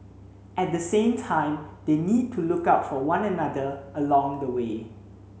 at the same time they need to look out for one another along the way